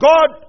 God